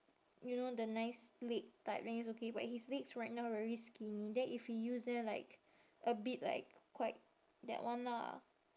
you know the nice leg type then it's okay but his legs right now very skinny then if he use then like a bit like quite that one lah